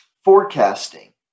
forecasting